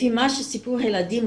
לפי מה שסיפרו הילדים,